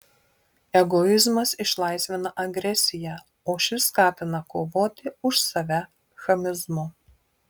egoizmas išlaisvina agresiją o ši skatina kovoti už save chamizmu